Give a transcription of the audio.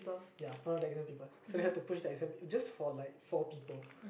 ya one of the exam papers so we have to push the exam paper just like for four people